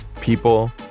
people